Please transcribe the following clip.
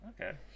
Okay